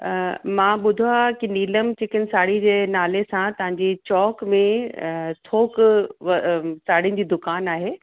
मां ॿुधो आहै की नीलम चिकिन साड़ी जे नाले सां तव्हांजी चौक में थोक व साड़ीन जी दुकानु आहे